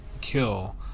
kill